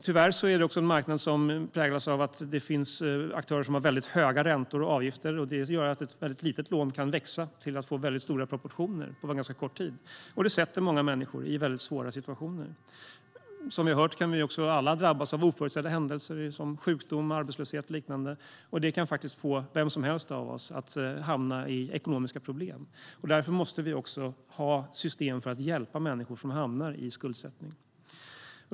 Tyvärr är det också en marknad som präglas av att det finns aktörer som har mycket höga räntor och avgifter, och det gör att ett litet lån kan växa till att få stora proportioner på ganska kort tid. Det försätter många människor i svåra situationer. Som vi har hört här kan vi ju alla drabbas av oförutsedda händelser som sjukdom, arbetslöshet och liknande. Det kan få vem som helst av oss att hamna i ekonomiska problem. Därför måste vi också ha system för att hjälpa människor som hamnar i skuldsättning.